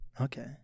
Okay